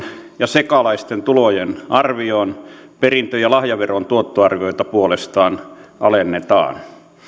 ja sekalaisten tulojen arvioon perintö ja lahjaveron tuottoarvioita puolestaan alennetaan